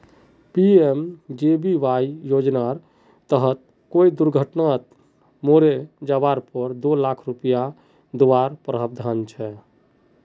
PMJBY योज्नार तहत कोए दुर्घत्नात मोरे जवार पोर दो लाख रुपये दुआर प्रावधान छे